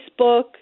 Facebook